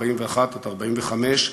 1941 1945,